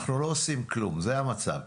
אנחנו לא עושים כלום, זה המצב.